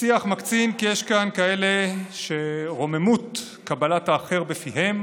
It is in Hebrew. השיח מקצין כי יש כאן כאלה שרוממות קבלת האחר בפיהם